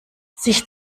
sich